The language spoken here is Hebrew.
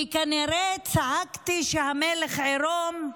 כי כנראה צעקתי שהמלך עירום,